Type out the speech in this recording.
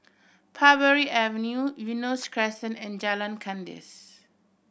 Parbury Avenue Eunos Crescent and Jalan Kandis